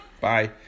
Bye